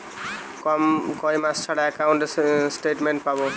কয় মাস ছাড়া একাউন্টে স্টেটমেন্ট পাব?